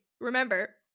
remember